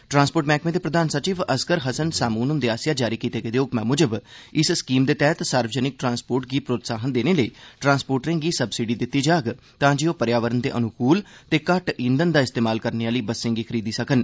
transport मैह्कमे दे प्रघान सचिव असगर हस्सन सामून हुंदे आसेआ जारी कीते गेदे हुक्मै मुजब इस स्कीम दे तैह्त सार्वजनिक ट्रांसपोर्ट गी प्रोत्साहन देने लेई ट्रांसपोर्टरें गी सब्सिडी दित्ती जाग तांजे ओह् पर्यावरण दे अनुकूल ते घट्ट ईंधन दा इस्तेमाल करने आह्ली बसें गी खरीदी सकन